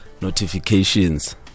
notifications